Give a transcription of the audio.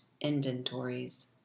inventories